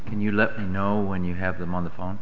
can you let me know when you have them on the phone